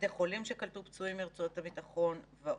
בתי חולים שקלטו פצועים מרצועות הביטחון וכו'.